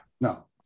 no